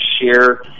share